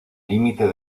límite